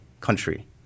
country